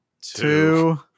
two